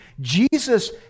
Jesus